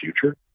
future